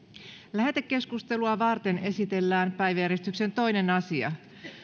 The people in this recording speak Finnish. lähetekeskustelua varten esitellään päiväjärjestyksen toinen asia